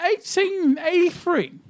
1883